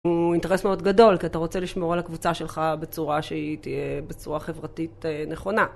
הוא אינטרס מאוד גדול, כי אתה רוצה לשמור על הקבוצה שלך בצורה שהיא תהיה בצורה חברתית נכונה.